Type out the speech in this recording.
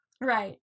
Right